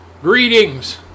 Greetings